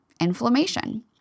inflammation